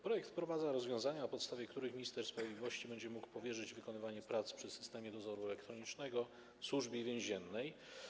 Projekt wprowadza rozwiązania, na podstawie których minister sprawiedliwości będzie mógł powierzyć wykonywanie prac związanych z systemem dozoru elektronicznego Służbie Więziennej.